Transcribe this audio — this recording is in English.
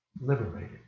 liberated